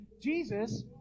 Jesus